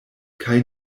kaj